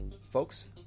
Folks